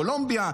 קולומביה.